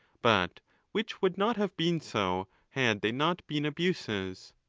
but which would not have been so had they not been abuses.